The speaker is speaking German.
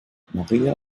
maria